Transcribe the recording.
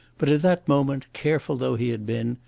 but at that moment, careful though he had been,